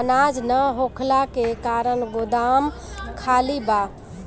अनाज ना होखला के कारण गोदाम खाली बा